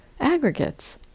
aggregates